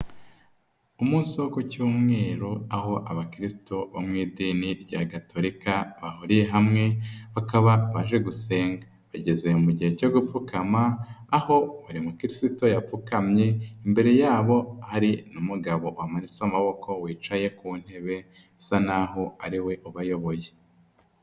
Umunsi wo ku cyumweru aho abakiristo bo mu idini rya gatoka bahuriye hamwe, bakaba baje gusenga. Bigeze mu gihe cyo gupfukama, aho buri mukirisito yapfukamye, imbere yabo hari n'umugabo wamatse amaboko wicaye ku ntebe, usa naho ari we ubayoboye.